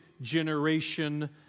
generation